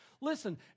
Listen